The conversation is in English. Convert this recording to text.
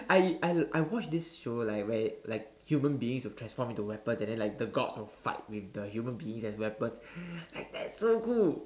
I I I watch this show like where like human beings will transform into weapons and then like the Gods will fight with the human beings as weapons like that's so cool